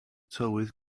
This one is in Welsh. tywydd